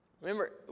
Remember